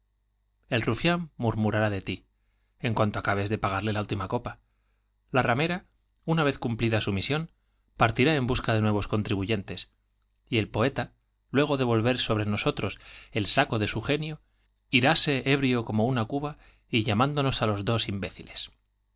el rufián murmurará de ti en cuanto acabes de pagarle la última copa la ramera una vez cumplida su misión partirá en busca de nuevos contribuyentes y el poeta luego de volver sobre nosotros el saco de su genio iráse ebrio como una cuba y llamándonos á los dos imbéciles